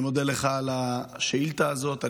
אני מודה לך על השאילתה הזאת,